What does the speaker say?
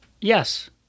Yes